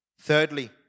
Thirdly